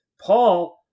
Paul